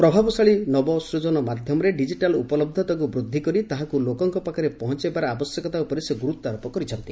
ପ୍ରଭାବଶାଳୀ ନବସ୍କଜନ ମାଧ୍ୟମରେ ଡିକିଟାଲ୍ ଉପଲହ୍ଧତାକୁ ବୃଦ୍ଧି କରି ତାହାକୁ ଲୋକଙ୍କ ପାଖରେ ପହଞ୍ଚାଇବାର ଆବଶ୍ୟକତା ଉପରେ ସେ ଗୁରୁତ୍ୱାରୋପ କରିଛନ୍ତି